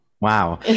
Wow